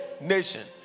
nation